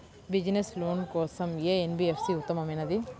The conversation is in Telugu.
బిజినెస్స్ లోన్ కోసం ఏ ఎన్.బీ.ఎఫ్.సి ఉత్తమమైనది?